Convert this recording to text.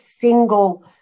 single